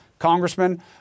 Congressman